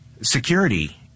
security